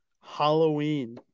Halloween